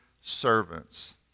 servants